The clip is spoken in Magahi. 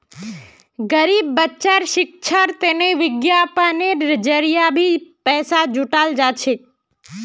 गरीब बच्चार शिक्षार तने विज्ञापनेर जरिये भी पैसा जुटाल जा छेक